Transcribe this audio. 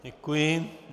Děkuji.